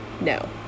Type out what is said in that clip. No